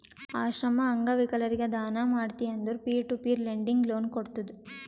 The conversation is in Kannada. ಆಶ್ರಮ, ಅಂಗವಿಕಲರಿಗ ದಾನ ಮಾಡ್ತಿ ಅಂದುರ್ peer to peer lending loan ಕೋಡ್ತುದ್